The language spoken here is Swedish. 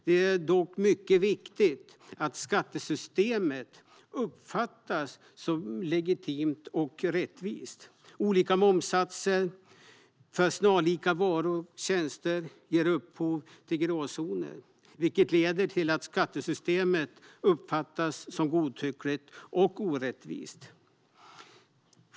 Det är dock mycket viktigt att skattesystemet uppfattas som legitimt och rättvist. Olika momssatser för snarlika varor och tjänster ger upphov till gråzoner, vilket leder till att skattesystemet uppfattas som godtyckligt och orättvist.